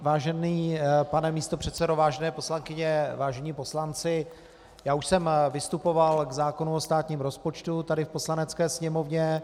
Vážený pane místopředsedo, vážené poslankyně a poslanci, já už jsem vystupoval k zákonu o státním rozpočtu tady v Poslanecké sněmovně.